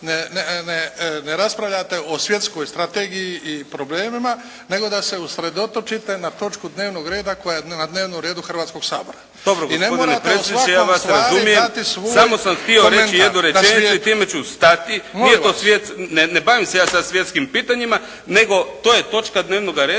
ne raspravljate o svjetskoj strategiji i problemima nego da se usredotočite na točku dnevnog reda koja je na dnevnom redu Hrvatskoga sabora. I ne morate … /Govornici govore u glas, ne razumije se./ … **Kajin, Damir (IDS)** Ne bavim se ja sada svjetskim pitanjima nego to je točka dnevnoga reda